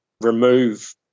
remove